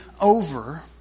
over